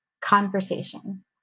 conversation